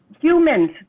Humans